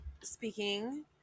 speaking